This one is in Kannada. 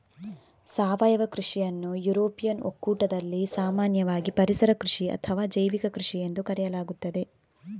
ಸಾವಯವ ಕೃಷಿಯನ್ನು ಯುರೋಪಿಯನ್ ಒಕ್ಕೂಟದಲ್ಲಿ ಸಾಮಾನ್ಯವಾಗಿ ಪರಿಸರ ಕೃಷಿ ಅಥವಾ ಜೈವಿಕ ಕೃಷಿಎಂದು ಕರೆಯಲಾಗುತ್ತದೆ